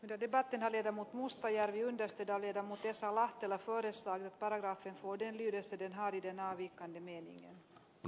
de debate viedä mut mustajärvi on työstetään vetoomus esa lahtela tuodessaan parraksen vuoden yhdessä tehari tienaa mustajärven hyvää esitystä